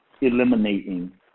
eliminating